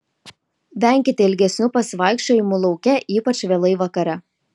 venkite ilgesnių pasivaikščiojimų lauke ypač vėlai vakare